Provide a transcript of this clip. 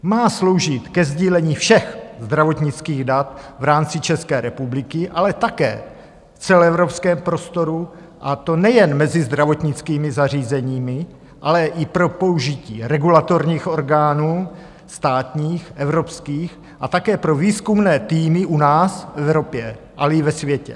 Má sloužit ke sdílení všech zdravotnických dat v rámci České republiky, ale také v celoevropském prostoru, a to nejen mezi zdravotnickými zařízeními, ale i pro použití regulatorních orgánů státních, evropských a také pro výzkumné týmy u nás, v Evropě, ale i ve světě.